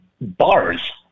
Bars